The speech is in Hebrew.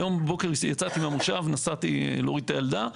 היום בבוקר יצאתי מהמושב, נסעתי להוריד את הילדה.